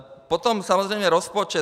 Potom samozřejmě rozpočet.